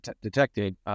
detected